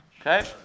Okay